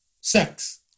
sex